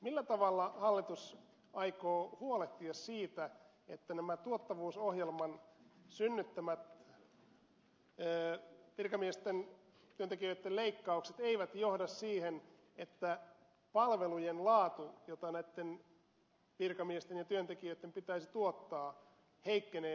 millä tavalla hallitus aikoo huolehtia siitä että nämä tuottavuusohjelman synnyttämät virkamiesten työntekijöitten leikkaukset eivät johda siihen että niitten palvelujen laatu joita näitten virkamiesten ja työntekijöitten pitäisi tuottaa heikkenee merkittävästi